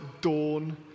dawn